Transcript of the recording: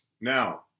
Now